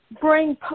bring